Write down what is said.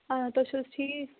آ تُہۍ چھُو حظ ٹھیٖک